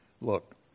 Look